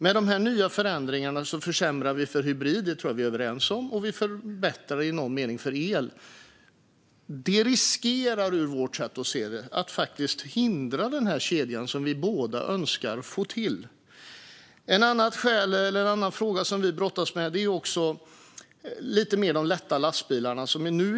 Med dessa nya förändringar försämrar vi för hybrid - det tror jag att vi är överens om - och vi förbättrar i någon mening för el. Som vi ser det riskerar detta att hindra denna kedja som vi båda önskar få till stånd. En annan fråga som vi brottas med gäller de lätta lastbilarna.